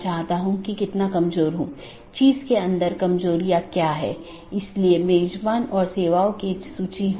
अगर हम BGP घटकों को देखते हैं तो हम देखते हैं कि क्या यह ऑटॉनमस सिस्टम AS1 AS2 इत्यादि हैं